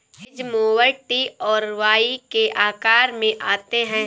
hedge mower T और Y के आकार में आते हैं